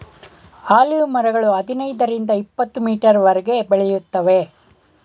olive ಮರಗಳು ಹದಿನೈದರಿಂದ ಇಪತ್ತುಮೀಟರ್ವರೆಗೆ ಬೆಳೆಯುತ್ತವೆ